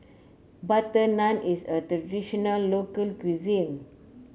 butter naan is a traditional local cuisine